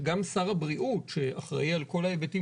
שגם שר הבריאות שאחראי על כל ההיבטים